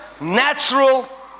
Natural